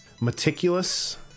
meticulous